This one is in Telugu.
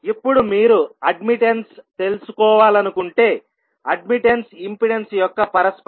ఇప్పుడు మీరు అడ్మిట్టన్స్ తెలుసుకోవాలనుకుంటేఅడ్మిట్టన్స్ ఇంపెడెన్స్ యొక్క పరస్పరం